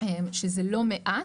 שזה לא מעט.